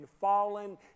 fallen